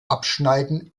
abschneiden